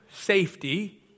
safety